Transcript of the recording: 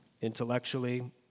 Intellectually